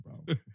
bro